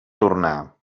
tornar